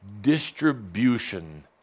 distribution